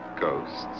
ghosts